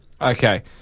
okay